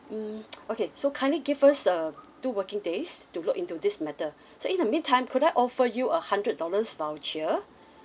mm okay so kindly give us err two working days to look into this matter so in the meantime could I offer you a hundred dollars voucher